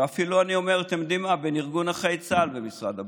אפילו אני אומר בין ארגון נכי צה"ל למשרד הביטחון,